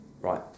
Right